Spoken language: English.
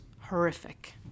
horrific